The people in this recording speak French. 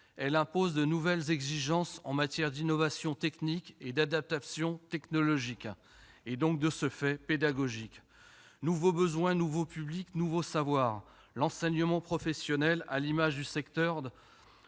imposent de nouvelles exigences en matière d'innovations techniques et d'adaptation technologique, donc aussi en matière pédagogique. Nouveaux besoins, nouveaux publics, nouveaux savoirs : l'enseignement professionnel agricole, à l'image du secteur,